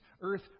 earth